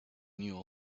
new